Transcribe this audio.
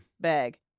Bag